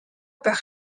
байх